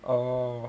oo